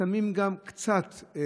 בהרבה משפחות שמים קצת פטל,